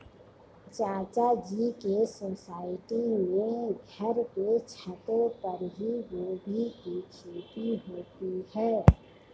चाचा जी के सोसाइटी में घर के छतों पर ही गोभी की खेती होती है